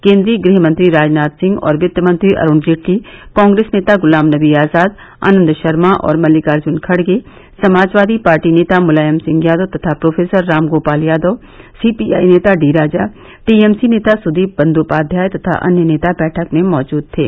केन्द्रीय गृह मंत्री राजनाथ सिंह और वित्त मंत्री अरूण जेटली कांग्रेस नेता गुलाम नवी आजाद आनन्द शर्मा और मल्तिकार्जुन खड़गे समाजवादी पार्टी नेता मुलायम सिंह यादव तथा प्रोफेसर राम गोपाल यादव सीपीआई नेता डी राजा टीएमसी नेता सुदीप बंदोपाध्याय तथा अन्य नेता बैठक में मौजूद थे